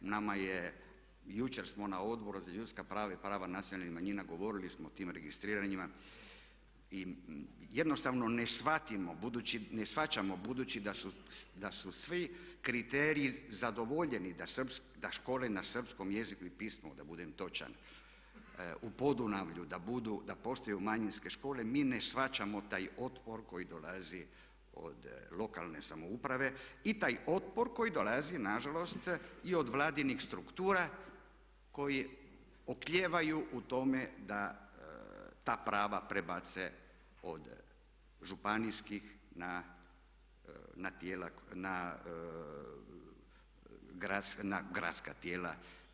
Nama je, jučer smo na Odboru za ljudska prava i prava nacionalnih manjina govorili o tim registriranjima i jednostavno ne shvaćamo budući da su svi kriteriji zadovoljeni, da škole na srpskom jeziku i pismu da budem točan u Podunavlju da postoje manjinske škole mi ne shvaćamo taj otpor koji dolazi od lokalne samouprave i taj otpor koji dolazi nažalost i od Vladinih struktura koje oklijevaju u tome da ta prava prebace od županijskih na gradska tijela.